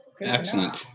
Excellent